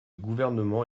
gouvernement